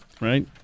Right